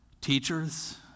Teachers